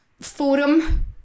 forum